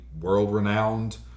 world-renowned